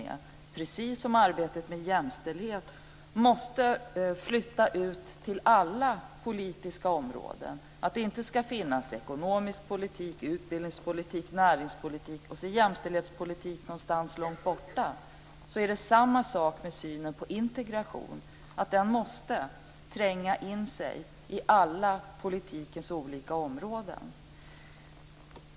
Det är precis som det här med att arbetet med jämställdhet måste flytta ut till alla politiska områden, att det inte ska finnas ekonomisk politik, utbildningspolitik, näringspolitik och så jämställdhetspolitik någonstans långt borta. Det är samma sak med synen på integration. Den måste tränga in i alla politikens olika områden.